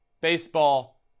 baseball